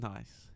Nice